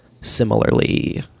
similarly